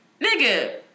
nigga